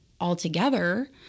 altogether